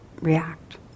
react